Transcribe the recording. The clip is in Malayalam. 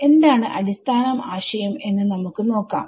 എന്താണ് അടിസ്ഥാന ആശയം എന്ന് നമുക്ക് നോക്കാം